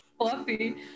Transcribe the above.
fluffy